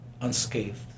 unscathed